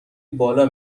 بالا